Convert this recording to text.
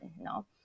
no